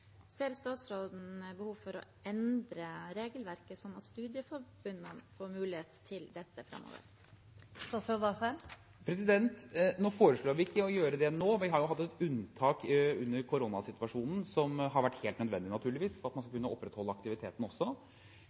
Ser statsråden behov for å endre regelverket, sånn at studieforbundene får mulighet til dette framover? Vi foreslår ikke å gjøre det nå. Vi har hatt et unntak under koronasituasjonen som har vært helt nødvendig, naturligvis, for at man skulle kunne opprettholde aktiviteten.